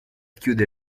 chiude